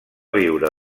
viure